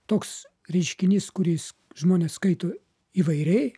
toks reiškinys kuris žmonės skaito įvairiai